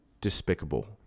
despicable